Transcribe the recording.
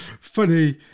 funny